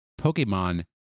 Pokemon